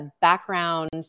background